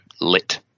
lit